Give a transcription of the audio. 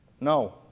No